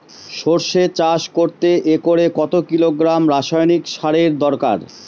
সরষে চাষ করতে একরে কত কিলোগ্রাম রাসায়নি সারের দরকার?